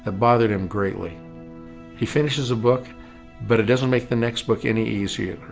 ah bothered him greatly he finishes a book but it doesn't make the next book any easier.